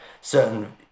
certain